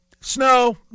snow